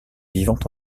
vivant